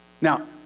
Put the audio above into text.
Now